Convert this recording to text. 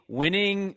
winning